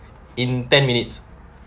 in ten minutes